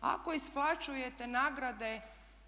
Ako isplaćujete nagrade